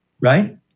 Right